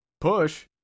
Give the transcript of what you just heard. Push